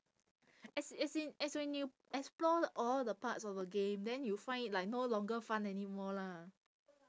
as as in as when you explore all the parts of the game then you find it like no longer fun anymore lah